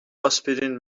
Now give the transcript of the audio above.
آسپرین